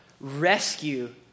rescue